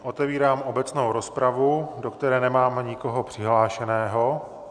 Otevírám obecnou rozpravu, do které nemám nikoho přihlášeného.